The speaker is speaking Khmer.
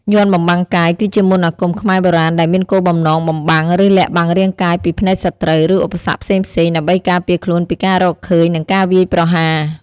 យ័ន្តបំបាំងកាយ គឺជាមន្តអាគមខ្មែរបុរាណដែលមានគោលបំណងបំបាំង ឬលាក់បាំងរាងកាយពីភ្នែកសត្រូវ ឬឧបសគ្គផ្សេងៗ ដើម្បីការពារខ្លួនពីការរកឃើញ និងការវាយប្រហារ។